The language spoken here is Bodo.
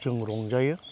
जों रंजायो